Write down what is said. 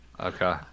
Okay